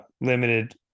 limited